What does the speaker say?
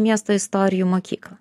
miesto istorijų mokyklą